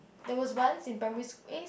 there was once in Primary sch~ eh